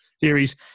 theories